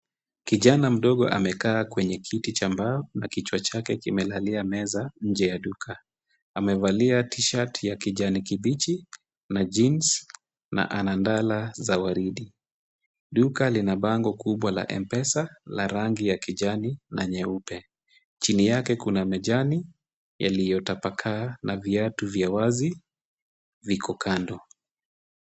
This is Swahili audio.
Kijana mdogo amekaa kwenye kiti cha mbao na kichwa chake kimelalia meza nje ya duka. Amevalia t-shirt ya kijani kibichi na jeans na analala za waridi. Duka lina bango kubwa la m-pesa la rangi ya kijani na nyeupe. Chini yake kuna majani yaliyotapakaa na viatu vya wazi viko kando.